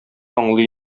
аңлый